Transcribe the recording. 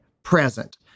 present